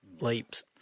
leaps